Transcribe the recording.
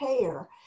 care